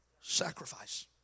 sacrifice